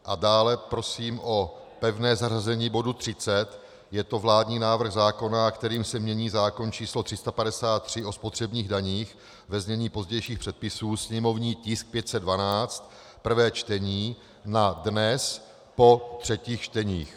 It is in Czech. A dále prosím o pevné zařazení bodu 30, je to vládní návrh zákona, kterým se mění zákon č. 353, o spotřebních daních, ve znění pozdějších předpisů, sněmovní tisk 512, prvé čtení, na dnes po třetích čteních.